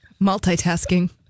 Multitasking